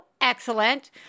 Excellent